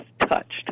touched